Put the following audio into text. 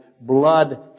Blood